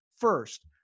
First